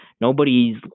nobody's